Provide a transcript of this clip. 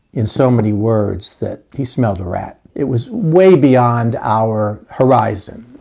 in so many words, that he smelled a rat. it was way beyond our horizon.